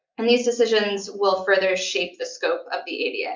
and these decisions will further shape the scope of the ada.